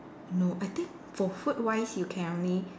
no I think for food wise you can only